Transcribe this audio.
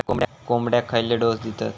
कोंबड्यांक खयले डोस दितत?